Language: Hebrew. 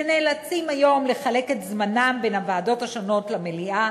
שנאלצים היום לחלק את זמנם בין הוועדות השונות למליאה.